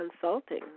Consulting